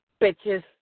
bitches